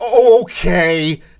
okay